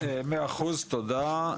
מאה אחוז, תודה.